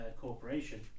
corporation